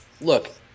look –